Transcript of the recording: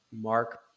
Mark